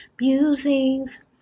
Musings